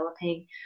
developing